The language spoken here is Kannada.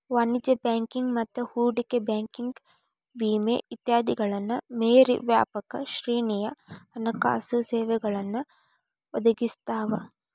ವಾಣಿಜ್ಯ ಬ್ಯಾಂಕಿಂಗ್ ಮತ್ತ ಹೂಡಿಕೆ ಬ್ಯಾಂಕಿಂಗ್ ವಿಮೆ ಇತ್ಯಾದಿಗಳನ್ನ ಮೇರಿ ವ್ಯಾಪಕ ಶ್ರೇಣಿಯ ಹಣಕಾಸು ಸೇವೆಗಳನ್ನ ಒದಗಿಸ್ತಾವ